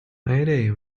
mayday